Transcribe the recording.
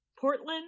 Portland